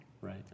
Right